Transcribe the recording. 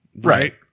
Right